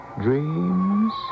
dreams